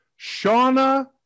Shauna